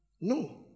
No